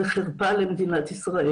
זה חרפה למדינת ישראל.